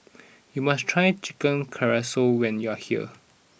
you must try Chicken Casserole when you are here